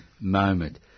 moment